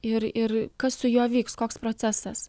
ir ir kas su juo vyks koks procesas